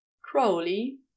Crowley